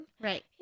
Right